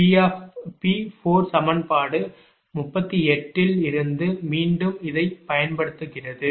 P 4 சமன்பாடு 38 இலிருந்து மீண்டும் இதைப் பயன்படுத்துகிறது